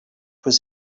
was